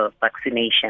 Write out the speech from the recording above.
vaccination